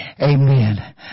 Amen